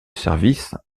service